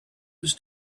was